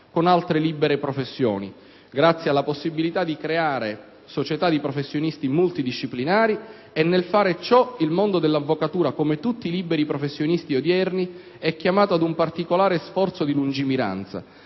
con altre libere professioni grazie alla possibilità di creare società multidisciplinari di professionisti, e nel fare ciò il mondo dell'avvocatura, come tutti i liberi professionisti odierni, è chiamato ad un particolare sforzo di lungimiranza